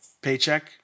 Paycheck